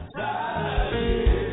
tired